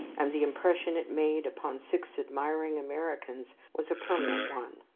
and the impression it made upon six admiring americans was a permanent one.